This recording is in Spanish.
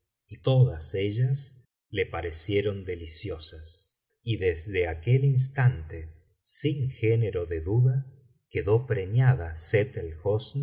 y todas ellas le parecieron deliciosas y desde aquel instante sin género de duda quedó preñada sett